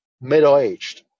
middle-aged